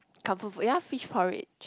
comfort food yea fish porridge